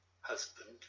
husband